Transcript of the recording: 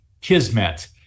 kismet